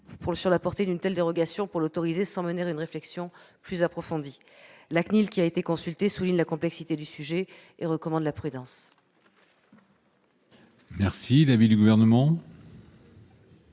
sur la portée d'une telle dérogation pour l'autoriser sans mener une réflexion plus approfondie. La CNIL, qui a été consultée, souligne la complexité du sujet et recommande la prudence. Quel est l'avis du Gouvernement ?